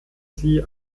sie